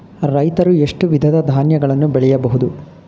ರೈತರು ಎಷ್ಟು ವಿಧದ ಧಾನ್ಯಗಳನ್ನು ಬೆಳೆಯಬಹುದು?